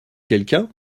quelqu’un